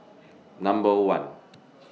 Number one